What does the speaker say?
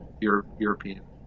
European